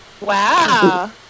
Wow